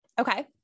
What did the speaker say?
Okay